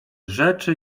rzeczy